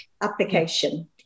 application